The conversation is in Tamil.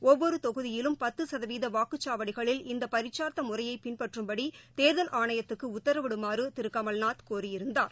ஒவ்வொருதொகுதியிலும் பத்துசதவீதவாக்குச்சாவடகளில் இந்தபரிட்ச்சார்த்தமுறையைபின்பற்றும்படிதோதல் ஆணையத்துக்குஉத்தரவிடுமாறுதிருகமல்நாத் கோரியிருந்தார்